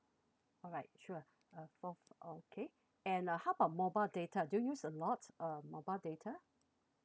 alright sure uh oh okay and uh how about mobile data do you use a lot uh mobile data